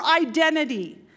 identity